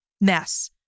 mess